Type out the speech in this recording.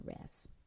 rest